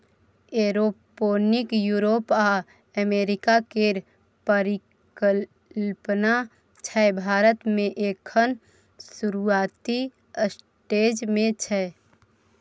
aeroponic Europe आ America केर परिकल्पना छै भारत मे एखन शुरूआती स्टेज मे छै